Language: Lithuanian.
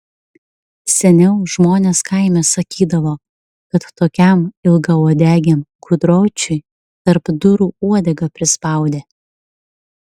seniau žmonės kaime sakydavo kad tokiam ilgauodegiam gudročiui tarp durų uodegą prispaudė